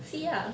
see ah